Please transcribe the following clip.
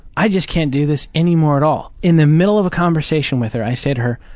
i just can't do this anymore at all. in the middle of a conversation with her, i say to her,